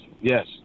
yes